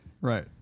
right